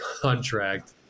contract